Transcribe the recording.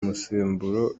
musemburo